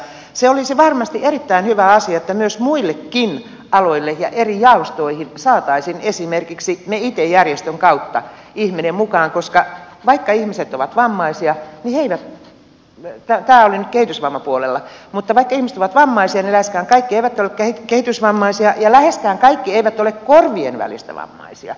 se olisi varmasti erittäin hyvä asia että myös muillekin alueille ja eri jaostoihin saataisiin esimerkiksi me itse järjestön kautta ihminen mukaan koska vaikka ihmiset ovat vammaisia tämä oli nyt kehitysvammapuolella niin läheskään kaikki eivät ole kehitysvammaisia ja läheskään kaikki eivät ole korvien välistä vammaisia